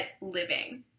living